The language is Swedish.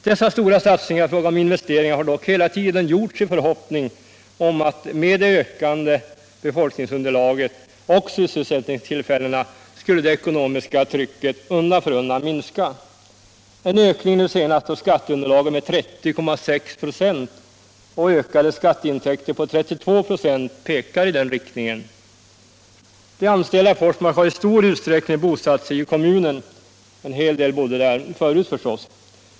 Dessa stora satsningar i fråga om investeringar har dock hela tiden gjorts i förhoppning om att med det ökande befolkningsunderlaget och sysselsättningstillfällena skulle det ekonomiska trycket undan för undan minska. En ökning nu senast av skatteunderlaget med 30,6 26 och ökade skatteintäkter på 32 96 pekar i den riktningen. De anställda i Forsmark har i stor utsträckning bosatt sig i kommunen; en hel del bodde där förut förstås.